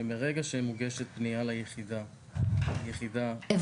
שמרגע שמוגשת פנייה ליחידה --- הבנו.